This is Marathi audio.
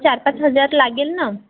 चार पाच हजार लागेल ना